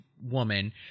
woman